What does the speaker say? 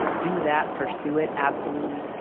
do that. pursue it. absolutely.